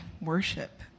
worship